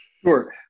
Sure